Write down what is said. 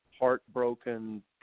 heartbroken